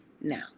Now